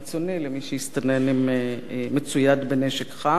למי שהסתנן מצויד בנשק חם,